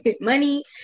money